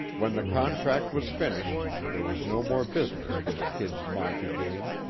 when the contract was finished, there was no more business for the kid's monte game,